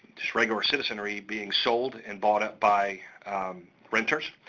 just regular citizenry being sold and bought up by renters,